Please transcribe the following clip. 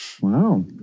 Wow